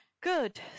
Good